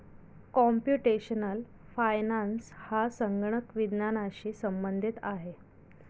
computational finance हा संगणक विज्ञानाशी संबंधित आहे